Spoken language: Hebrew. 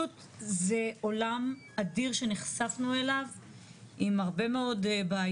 למשל התכנית,